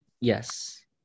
Yes